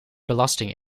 belasting